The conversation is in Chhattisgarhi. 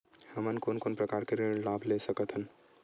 हमन कोन कोन प्रकार के ऋण लाभ ले सकत हन?